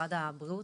משרד הבריאות,